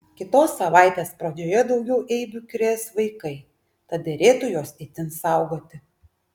kitos savaitės pradžioje daugiau eibių krės vaikai tad derėtų juos itin saugoti